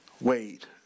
wait